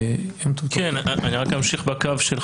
אני רק אמשיך בקו של חברי,